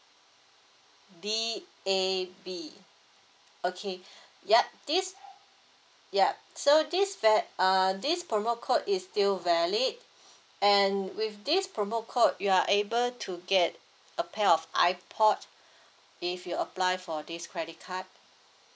D A B okay yup this yup so this fat uh this promo code is still valid and with this promo code you are able to get a pair of iPod if you apply for this credit card